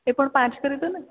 એ પણ પાંચ કરી દો ને